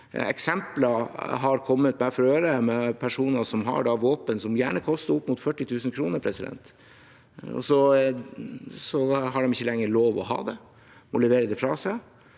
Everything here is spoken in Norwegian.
Eksempler har kommet meg for øre om personer som har våpen som gjerne koster opp mot 40 000 kr, så har de ikke lenger lov til å ha det og må levere det fra seg,